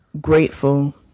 grateful